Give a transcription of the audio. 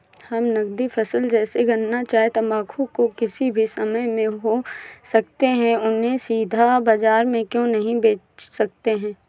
हम नगदी फसल जैसे गन्ना चाय तंबाकू जो किसी भी समय में हो सकते हैं उन्हें सीधा बाजार में क्यो नहीं बेच सकते हैं?